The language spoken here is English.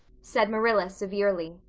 said marilla severely.